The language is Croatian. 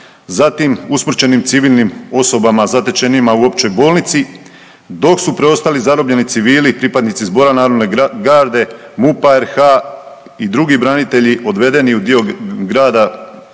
zatim usmrćenim civilnim osobama zatečenima u općoj bolnici, dok su preostali zarobljeni civili i pripadnici ZNG, MUP-a RH i drugi branitelji odvedeni u dio grada